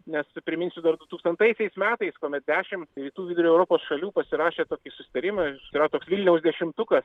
nes priminsiu dar du tūkstantaisiais metais kuomet dešimt rytų vidurio europos šalių pasirašė tokį susitarimą yra toks vilniaus dešimtukas